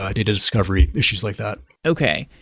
ah data discovery, issues like that okay.